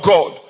God